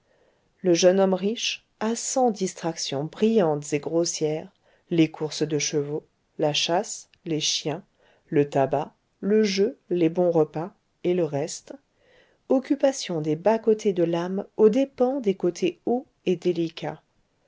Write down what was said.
le jeune homme riche a cent distractions brillantes et grossières les courses de chevaux la chasse les chiens le tabac le jeu les bons repas et le reste occupations des bas côtés de l'âme aux dépens des côtés hauts et délicats